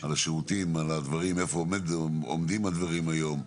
על השירותים, איפה עומדים הדברים היום,